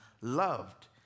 loved